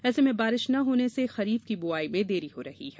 ऐसे में बारिश न होने से खरीफ की बुआई में देरी हो रही है